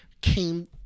came